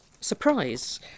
surprise